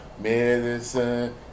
Medicine